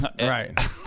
Right